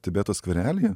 tibeto skverelyje